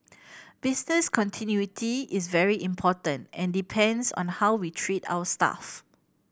business continuity is very important and depends on how we treat our staff